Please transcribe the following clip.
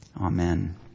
Amen